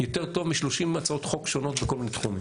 יותר טוב מ-30 הצעות חוק שונות בכל מיני תחומים,